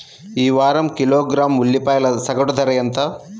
ఈ వారం కిలోగ్రాము ఉల్లిపాయల సగటు ధర ఎంత?